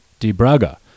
DeBraga